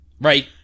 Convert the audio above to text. Right